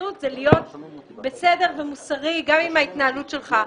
תקינות זה להיות בסדר ומוסרי גם עם ההתנהלות שלך.